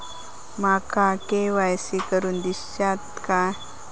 माका के.वाय.सी करून दिश्यात काय?